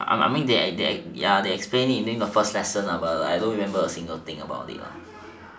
I'm I mean they they explained it in first lesson but I don't remember a single thing about it